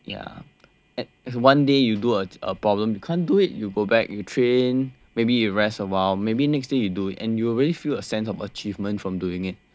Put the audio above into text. ya one day you do a problem you can't do it you go back you train maybe you rest awhile maybe next day you do it and you really feel a sense of achievement from doing it